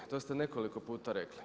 To ste nekoliko puta rekli.